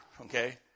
okay